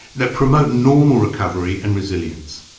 that promote normal recovery and resilience.